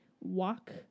walk